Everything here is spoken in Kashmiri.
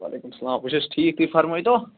وعلیکُم سَلام بہٕ چھُس ٹھیٖک تُہۍ فرمٲے تو